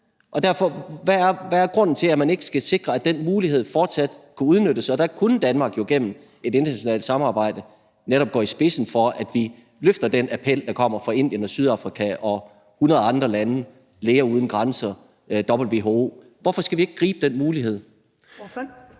jo tid. Hvad er grunden til, at man ikke skal sikre, at den mulighed fortsat kan udnyttes? Der kunne Danmark jo gennem et internationalt samarbejde netop gå i spidsen for, at vi løfter den appel, der kommer fra Indien og Sydafrika og 100 andre lande, Læger uden Grænser, WHO. Hvorfor skal vi ikke gribe den mulighed? Kl.